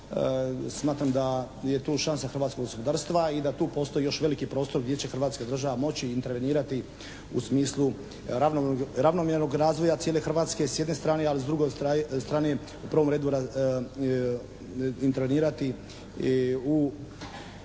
smatram da je tu šansa hrvatskog gospodarstva i da tu postoji još veliki prostor gdje će hrvatska država moći intervenirati u smislu ravnomjernog razvoja cijele Hrvatske s jedne. A s druge strane u prvom redu intervenirati i